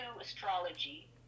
astrology